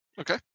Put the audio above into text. Okay